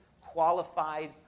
qualified